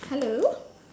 hello